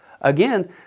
Again